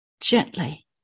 gently